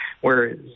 Whereas